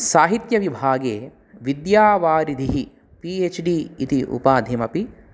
साहित्यविभागे विद्यावारिधिः P H D इति उपाधिम् अपि